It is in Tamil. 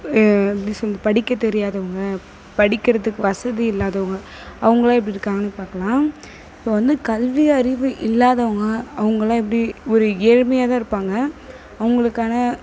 எப்படி சொல் படிக்கத் தெரியாதவங்க படிக்கிறதுக்கு வசதி இல்லாதவங்க அவங்கலாம் எப்படி இருக்காங்கனு பார்க்கலாம் இப்போ வந்து கல்வி அறிவு இல்லாதவங்க அவங்களாம் எப்படி ஒரு ஏழ்மையாகதான் இருப்பாங்க அவங்களுக்கான